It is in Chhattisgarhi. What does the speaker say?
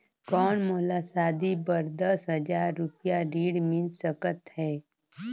कौन मोला शादी बर दस हजार रुपिया ऋण मिल सकत है?